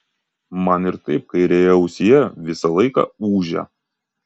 man ir taip kairėje ausyje visą laiką ūžia